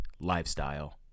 lifestyle